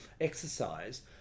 exercise